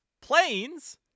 Planes